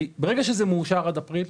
כי ברגע שזה מאושר עד אפריל,